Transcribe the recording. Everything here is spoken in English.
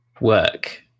work